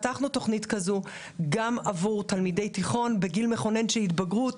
פתחנו תוכנית כזו גם עבור תלמידי תיכון בגיל מכונן של התבגרות